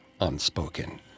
unspoken